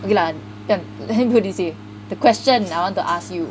okay lah the question I want to ask you